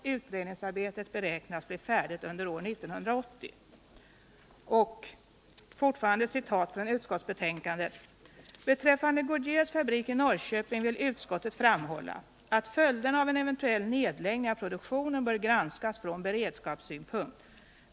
—-—-- Utredningsarbetet beräknas bli avslutat under år 1980. ——-- Beträffande Goodyears fabrik i Norrköping vill utskottet framhålla att följderna av en eventuell nedläggning av produktionen bör granskas från beredskapssynpunkt.